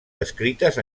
descrites